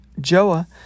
Joah